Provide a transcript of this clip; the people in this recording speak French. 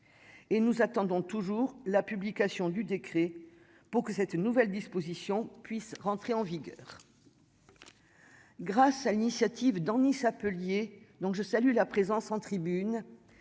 et nous attendons toujours la publication du décret pour que cette nouvelle disposition puisse rentrer en vigueur grâce à l'initiative d'Enis ça peut donc je salue la présence en tribune